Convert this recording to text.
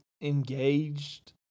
engaged